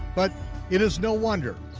but it is no wonder.